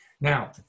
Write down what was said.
Now